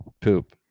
poop